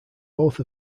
both